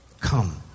Come